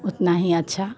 उतना ही अच्छा